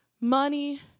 money